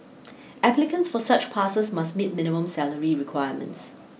applicants for such passes must meet minimum salary requirements